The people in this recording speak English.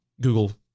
Google